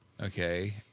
Okay